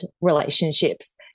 relationships